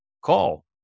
Call